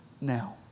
Now